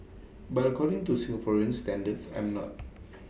but according to Singaporean standards I'm not